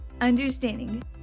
understanding